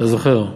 אתה זוכר?